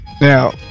now